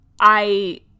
I-